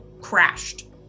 crashed